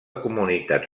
comunitat